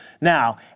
now